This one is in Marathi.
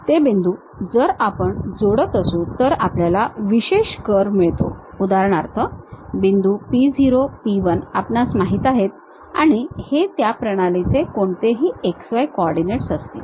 ते बिंदू जर आपण जोडत असू तर आपल्याला विशेष कर्व मिळतो उदाहरणार्थ बिंदू p0 p 1 आपणास माहित आहेत आणि हे त्या प्रणालीचे कोणतेही x y कोऑर्डिनेट्स असतील